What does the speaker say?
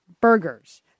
burgers